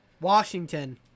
Washington